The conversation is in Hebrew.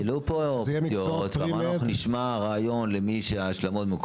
Med. העלו פה אופציות ואמרנו שנשמע רעיון להשלמות.